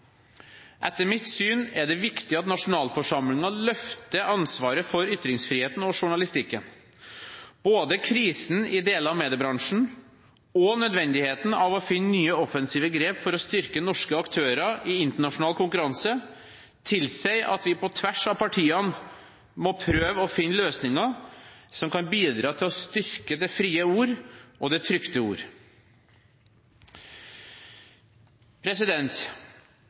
Etter mitt syn er det viktig at nasjonalforsamlingen løfter ansvaret for ytringsfriheten og journalistikken. Både krisen i deler av mediebransjen og nødvendigheten av å finne nye offensive grep for å styrke norske aktører i internasjonal konkurranse tilsier at vi på tvers av partiene må prøve å finne løsninger som kan bidra til å styrke det frie ord og det trykte ord.